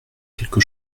quelque